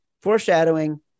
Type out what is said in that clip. foreshadowing